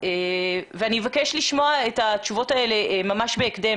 אני מבקשת לקבל תשובות ממש בהקדם.